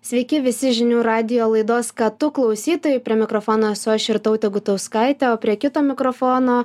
sveiki visi žinių radijo laidos ką tu klausytojai prie mikrofono esu aš irtautė gutauskaitė o prie kito mikrofono